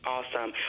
Awesome